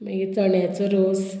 मागीर चण्याचो रोस